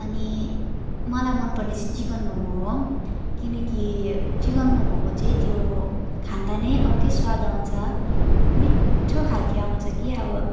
अनि मलाई मन पर्ने चाहिँ चिकन मोमो हो किनकि चिकन मोमोको चाहिँ त्यो खाँदा नै अर्कै स्वाद आउँछ मिठो खालको आउँछ कि अब